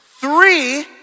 Three